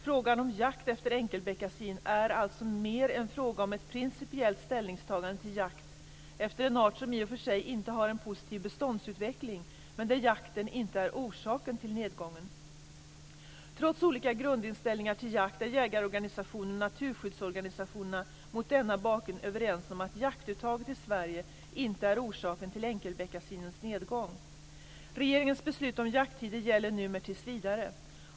Frågan om jakt efter enkelbeckasin är alltså mer en fråga om ett principiellt ställningstagande till jakt efter en art som i och för sig inte har en positiv beståndsutveckling men där jakten inte är orsaken till nedgången. Trots olika grundinställningar till jakt är jägarorganisationerna och naturskyddsorganisationerna mot denna bakgrund överens om att jaktuttaget i Sverige inte är orsaken till enkelbeckasinens nedgång. Regeringens beslut om jakttider gäller numera tills vidare.